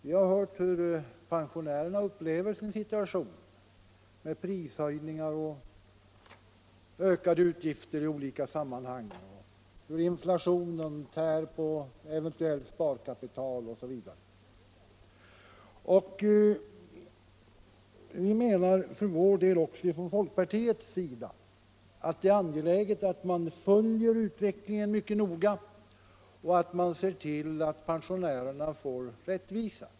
Jag har hört hur pensionärerna upplever sin situation med prishöjningar och ökade utgifter i olika sammanhang, hur inflationen tär på eventuellt sparkapital, osv. Vi menar från folkpartiets sida att det är angeläget att följa utvecklingen mycket noga och att se till att det skapas rättvisa för pensionärerna.